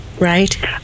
right